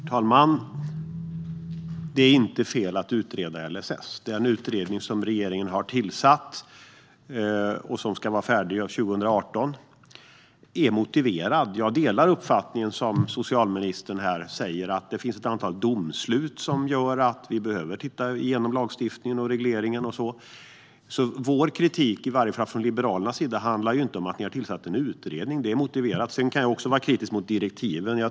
Herr talman! Det är inte fel att utreda LSS. Den utredning som regeringen har tillsatt och som ska vara klar 2018 är motiverad. Jag delar socialministerns uppfattning här, att det finns ett antal domslut som gör att man behöver se över lagstiftningen och regleringen. Liberalernas kritik handlar ju inte om att ni har tillsatt en utredning. Det är motiverat. Sedan kan jag vara kritisk mot direktiven.